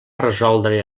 resoldre